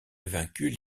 vaincus